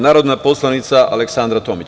Narodna poslanica Aleksandra Tomić.